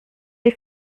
les